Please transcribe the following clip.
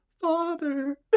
Father